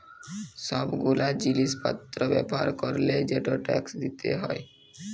সব গুলা জিলিস পত্র ব্যবহার ক্যরলে যে ট্যাক্স দিতে হউ